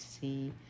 see